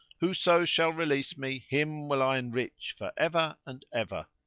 whoso shall release me, him will i enrich for ever and ever.